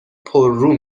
پررو